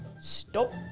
Stop